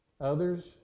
others